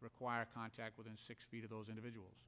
require contact within six feet of those individuals